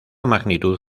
magnitud